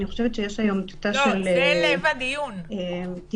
זה לב הדיון.